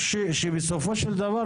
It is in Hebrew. שבסופו של דבר,